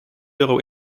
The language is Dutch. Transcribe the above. euro